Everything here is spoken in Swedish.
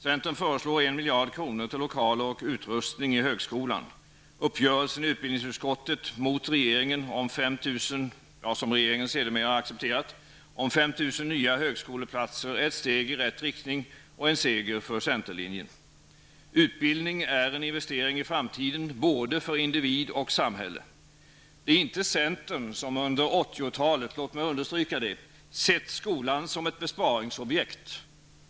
Centern föreslår 1 mot regeringen, men som man sedermera accepterat -- om 5 000 nya högskoleplatser är ett steg i rätt riktning och en seger för centerlinjen. Utbildning är en investering i framtiden både för individ och för samhälle. Det är inte centern som under 80-talet, låt mig understryka det, sett skolan som ett besparingsobjekt.